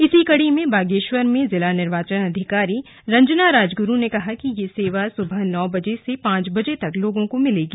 इसी कड़ी में बागेश्वर में जिला निर्वाचन अधिकारी रंजना राजगुरु ने कहा कि यह सेवा सुबह नौ बजे से पांच बजे तक लोगों को मिलेगी